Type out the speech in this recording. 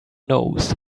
knows